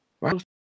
right